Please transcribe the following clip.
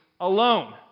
alone